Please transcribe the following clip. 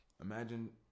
Imagine